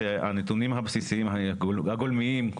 שהנתונים הבסיסיים-הגולמיים במקרה של הנחות הקורונה,